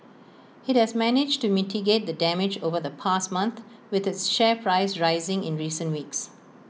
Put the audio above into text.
IT has managed to mitigate the damage over the past month with its share price rising in recent weeks